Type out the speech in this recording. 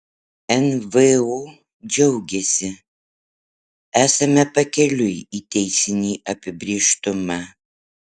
nvo džiaugiasi esame pakeliui į teisinį apibrėžtumą